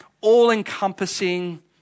all-encompassing